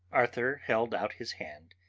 arthur held out his hand,